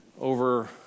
over